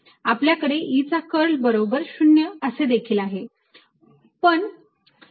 आपल्याकडे E चा curl बरोबर 0 असे देखील आहे